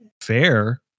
fair